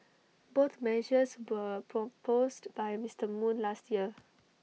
both measures were proposed by Mister moon last year